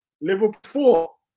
Liverpool